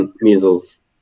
measles